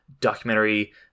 documentary